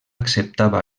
acceptava